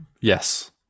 Yes